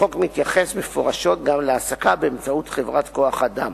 החוק מתייחס מפורשות גם להעסקה באמצעות חברת כוח-אדם: